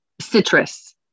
citrus